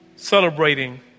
celebrating